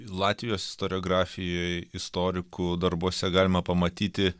latvijos istoriografijoj istorikų darbuose galima pamatyti